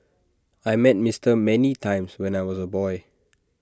I met Mister many times when I was A boy